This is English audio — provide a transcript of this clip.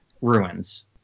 ruins